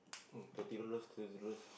eh thirty dollars thirty dollars